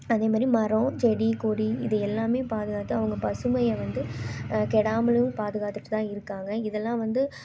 அதே மாதிரி மரம் செடி கொடி இது எல்லாமே பாதுகாத்து அவங்க பசுமையை வந்து கெடாமலும் பாதுகாத்துகிட்டு தான் இருக்காங்க இதெலாம் வந்து